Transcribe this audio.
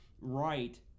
right –